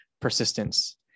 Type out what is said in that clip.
persistence